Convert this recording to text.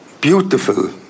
beautiful